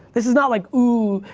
this is not like ooh,